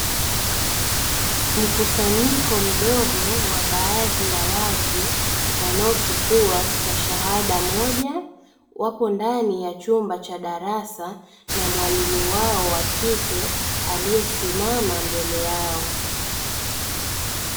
Mkusanyiko mdogo wa baadhi ya watu wanaochukua stashahada moja, wapo ndani ya chumba cha darasa na mwalimu wao wa kike aliyesimama mbele yao.